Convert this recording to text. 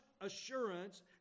assurance